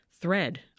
thread